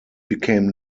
became